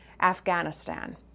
Afghanistan